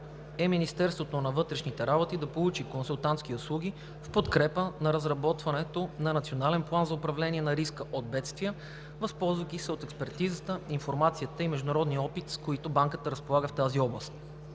и Министерството на вътрешните работи да получи консултантски услуги в подкрепа на разработването на Национален план за управление на риска от бедствия, възползвайки се от експертизата, информацията и международния опит, с които Банката разполага в тази област.